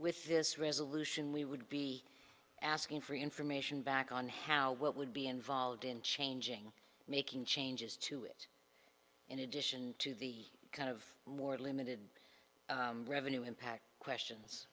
with this resolution we would be asking for information back on how what would be involved in changing making changes to it in addition to the kind of more limited revenue impact questions